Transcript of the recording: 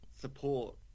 support